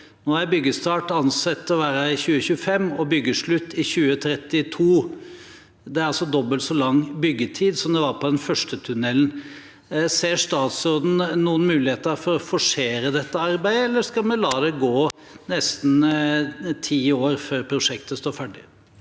Nå er byggestart ansett å være i 2025 og byggeslutt i 2032. Det er altså dobbelt så lang byggetid som det var på den første tunnelen. Ser statsråden noen muligheter for å forsere dette arbeidet, eller skal vi la det gå nesten ti år før prosjektet står ferdig?